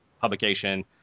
publication